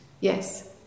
Yes